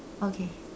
okay